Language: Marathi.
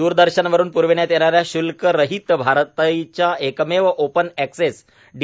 द्रदर्शनवरून प्रविण्यात येणा या श्ल्करहीत भारताच्या एकमेव ओपन एक्सेस डी